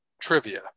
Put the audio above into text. trivia